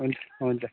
हुन्छ हुन्छ